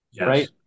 Right